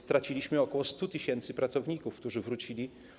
Straciliśmy ok. 100 tys. pracowników, którzy wrócili.